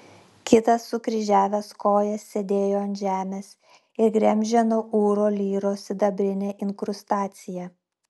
kitas sukryžiavęs kojas sėdėjo ant žemės ir gremžė nuo ūro lyros sidabrinę inkrustaciją